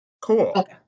Cool